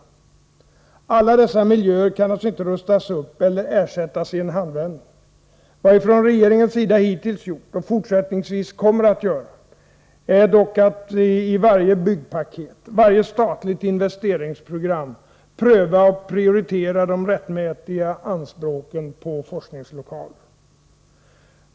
Alla dessa miljöer kan naturligtvis inte rustas upp eller ersättas i en handvändning. Vad vi från regeringens sida hittills gjort, och fortsättningsvis kommer att göra, är dock att i varje byggpaket och varje statligt investeringsprogram pröva och prioritera de rättmätiga anspråken på forskningslokaler. Fru talman!